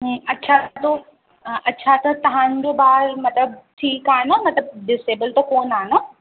हूं अच्छा तो अच्छा त तव्हांजो ॿार मतिलब ठीकु आहे न मतिलब डिसेबल त कोन्ह आहे न